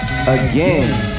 Again